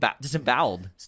disemboweled